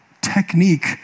technique